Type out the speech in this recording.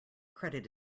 credit